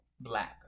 Black